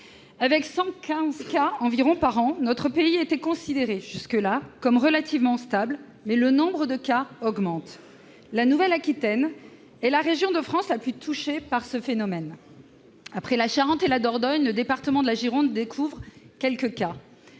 Avec 115 cas environ par an, notre pays était considéré jusque-là comme relativement stable, mais le nombre de cas augmente. La Nouvelle-Aquitaine est la région de France la plus touchée par ce phénomène. Après la Charente et la Dordogne, le département de la Gironde découvre quelques cas.